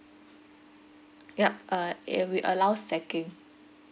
yup uh ya we allow stacking